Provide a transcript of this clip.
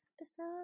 episode